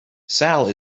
sal